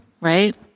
right